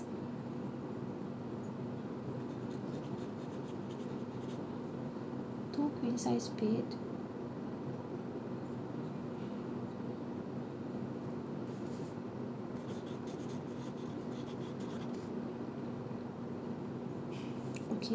two queen size beds